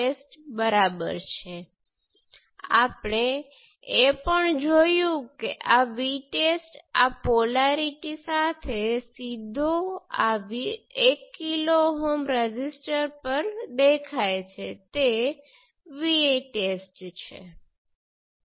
port 1 open circuit છે હવે ફરીથી 1 કિલો Ω રેઝિસ્ટર દ્વારા કરંટ શૂન્ય છે અને V2 આ ચોક્કસ સર્કિટમાં V1 બરાબર છે આ સામાન્ય રીતે સાચું નથી અને Vx પણ V1 ની બરાબર થાય છે